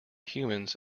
humans